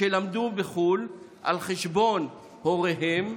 שלמדו בחו"ל על חשבון הוריהם,